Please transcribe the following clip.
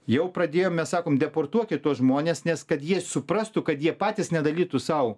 jau pradėjom mes sakom deportuokit tuos žmones nes kad jie suprastų kad jie patys nedarytų sau